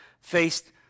faced